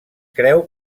creu